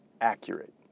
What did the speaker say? accurate